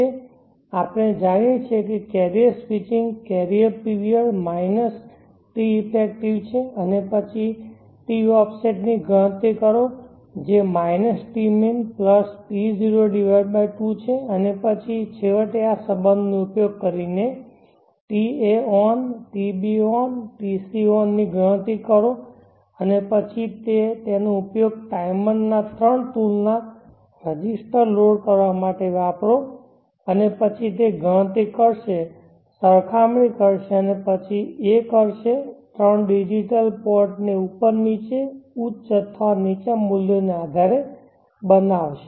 છે આપણે જાણીએ છીએ કે carrier switching carrier period minus t effective છે અને પછી toffset ની ગણતરી કરો જે tmin T02 છે અને પછી છેવટે આ સંબંધનો ઉપયોગ કરીને taon tbon tcon ની ગણતરી કરો અને તે પછી તેનો ઉપયોગ ટાઇમર ના ત્રણ તુલના રજિસ્ટર લોડ કરવા માટે વાપરો અને પછી તે ગણતરી કરશે સરખામણી કરશે અને પછી a કરશે ત્રણ ડિજિટલ પોર્ટ ને ઉપર અને નીચે ઉચ્ચ અથવા નીચા મૂલ્યોના આધારે બનાવશે